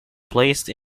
placed